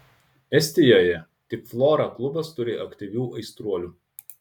estijoje tik flora klubas turi aktyvių aistruolių